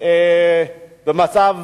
במצב